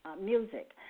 music